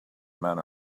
men